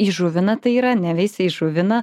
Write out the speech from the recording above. įžuvina tai yra neveisia įžuvina